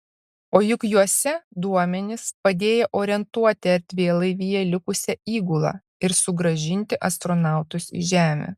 o juk juose duomenys padėję orientuoti erdvėlaivyje likusią įgulą ir sugrąžinti astronautus į žemę